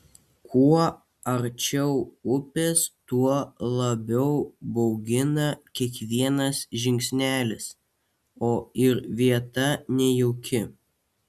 kuo arčiau upės tuo labiau baugina kiekvienas žingsnelis o ir vieta nejauki